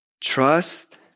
Trust